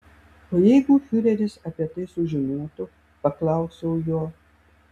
o jeigu fiureris apie tai sužinotų paklausiau jo